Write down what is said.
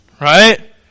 Right